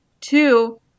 Two